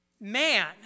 man